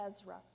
Ezra